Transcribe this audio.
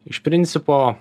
iš principo